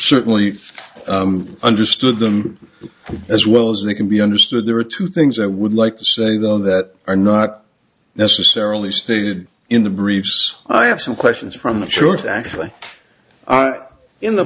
certainly understood them as well as they can be understood there are two things i would like to say though that are not necessarily stated in the briefs i have some questions from the troops actually are in the